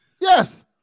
Yes